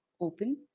open